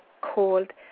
called